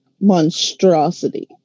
monstrosity